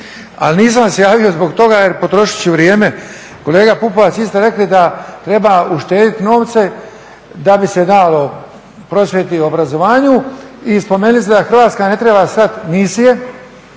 Ali nisam se javio zbog toga jer potrošit ću vrijeme, kolega Pupovac vi ste rekli da treba uštedit novce da bi se dalo prosvjeti i obrazovanju, i spomenuli ste da Hrvatska ne treba slati misije